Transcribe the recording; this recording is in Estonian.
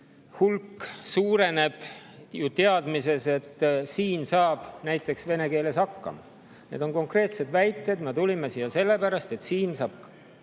ju suureneb, [kui nad] teavad, et siin saab näiteks vene keeles hakkama. See on konkreetne väide: me tulime siia sellepärast, et siin saab